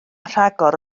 rhagor